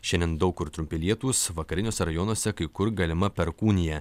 šiandien daug kur trumpi lietūs vakariniuose rajonuose kai kur galima perkūnija